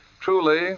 truly